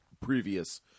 Previous